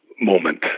moment